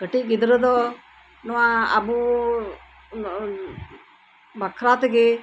ᱠᱟᱹᱴᱤᱡ ᱜᱤᱫᱽᱨᱟᱹ ᱫᱚ ᱱᱚᱣᱟ ᱟᱹᱵᱩ ᱵᱟᱠᱷᱨᱟ ᱛᱮᱜᱤ